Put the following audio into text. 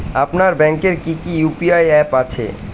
আপনার ব্যাংকের কি কি ইউ.পি.আই অ্যাপ আছে?